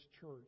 church